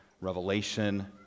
Revelation